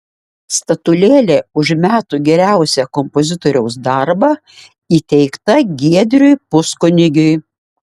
statulėlė už metų geriausią kompozitoriaus darbą įteikta giedriui puskunigiui